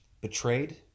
betrayed